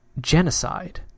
genocide